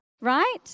right